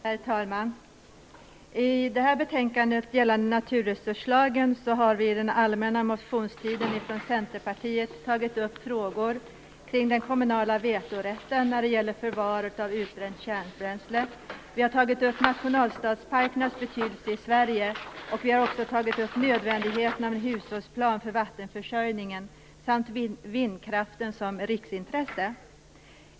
Herr talman! I det här betänkandet gällande naturresurslagen har vi i Centerpartiet under den allmänna motionstiden tagit upp frågor kring den kommunala vetorätten när det gäller förvar av utbränt kärnbränsle. Vi har också tagit upp nationalstadsparkernas betydelse i Sverige, nödvändigheten av en hushållsplan för vattenförsörjningen samt vindkraften som riksintresse.